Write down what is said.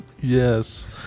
Yes